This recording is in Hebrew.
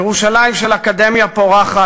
ירושלים של אקדמיה פורחת,